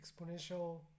exponential